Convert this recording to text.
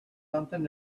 nothing